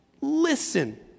listen